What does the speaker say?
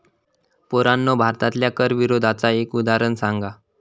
पोरांनो भारतातल्या कर विरोधाचा एक उदाहरण सांगा